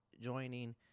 joining